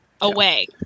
away